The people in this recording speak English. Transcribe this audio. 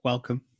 Welcome